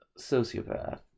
Sociopath